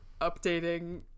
updating